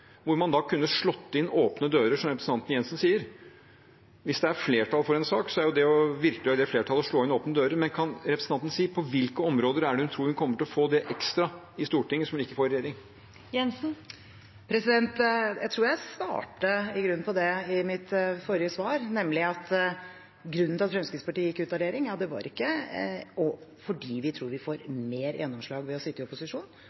hvor man da kunne slått inn åpne dører, som representanten Jensen sier – hvis det er flertall for en sak, er det jo for flertallet virkelig å slå inn åpne dører. Kan representanten si på hvilke områder det er hun tror hun kommer til å få det ekstra i Stortinget som hun ikke får i regjering? Jeg tror jeg i grunnen svarte på det i mitt forrige svar, nemlig at grunnen til at Fremskrittspartiet gikk ut av regjering ikke var at vi tror vi får mer gjennomslag ved å sitte i opposisjon,